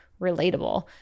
relatable